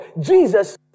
Jesus